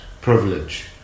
privilege